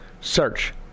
Search